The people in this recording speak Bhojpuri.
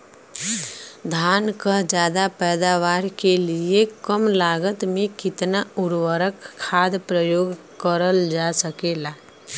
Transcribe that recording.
धान क ज्यादा पैदावार के लिए कम लागत में कितना उर्वरक खाद प्रयोग करल जा सकेला?